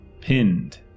pinned